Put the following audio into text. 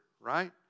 right